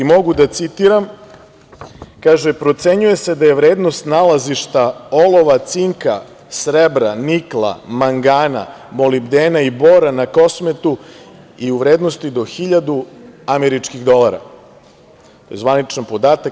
Mogu da citiram, kaže – procenjuje se da je vrednost nalazišta olova, cinka, srebra, nikla, mangana, molibdena i bora na Kosmetu u vrednosti do 1.000 američkih dolara, zvaničan podatak.